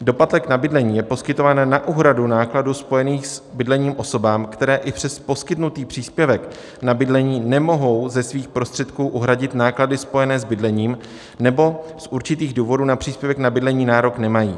Doplatek na bydlení je poskytován na úhradu nákladů spojených s bydlením osobám, které i přes poskytnutý příspěvek na bydlení nemohou ze svých prostředků uhradit náklady spojené s bydlením, nebo z určitých důvodů na příspěvek na bydlení nárok nemají.